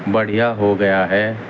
بڑھیا ہو گیا ہے